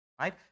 Right